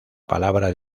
palabra